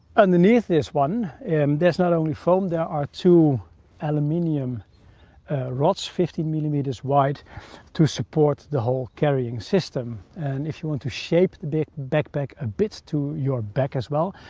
underneath this one, and there's not only foam, there are two aluminum rods fifteen millimeters wide to support the whole carrying system, and if you want to shape the big backpack a bit to your back as well,